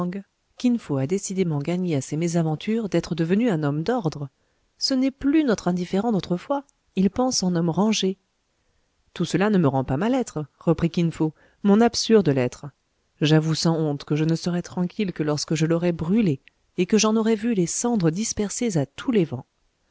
kin fo a décidément gagné à ses mésaventures d'être devenu un homme d'ordre ce n'est plus notre indifférent d'autrefois il pense en homme rangé tout cela ne me rend pas ma lettre reprit kin fo mon absurde lettre j'avoue sans honte que je ne serai tranquille que lorsque je l'aurai brûlée et que j'en aurai vu les cendres dispersées à tous les vents